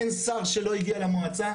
אין שר שלא הגיע למועצה,